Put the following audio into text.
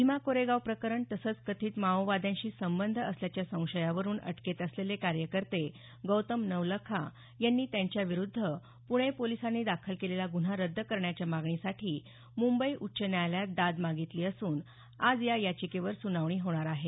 भीमा कोरेगांव प्रकरण तसंच कथित माओवाद्यांशी संबंध असल्याच्या संशयावरून अटकेत असलेले कार्यकर्ते गौतम नवलखा यांनी त्यांच्या विरुद्ध पुणे पोलिसांनी दाखल केलेला गुन्हा रद्द करण्याच्या मागणीसाठी मुंबई उच्च न्यायालयात दाद मागितली असून आज या याचिकेवर सुनावणी होणार आहे